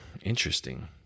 Interesting